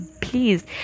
please